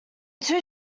two